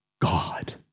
God